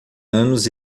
anos